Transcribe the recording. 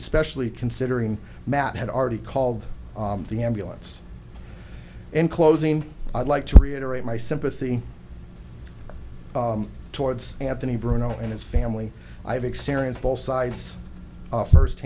is specially considering matt had already called the ambulance in closing i'd like to reiterate my sympathy towards anthony bruno and his family i have experienced both sides first